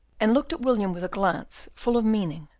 and looked at william with a glance full of meaning,